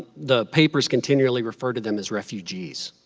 the papers continually refer to them as refugees